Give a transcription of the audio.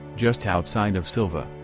just outside of sylva,